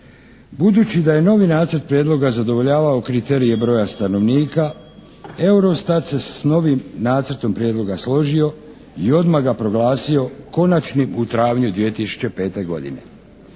Budući da je novi nacrt prijedloga zadovoljavao kriterije broja stanovnika, Eurostat se s novim nacrtom prijedloga složio i odmah ga proglasio konačnim u travnju 2005. godine.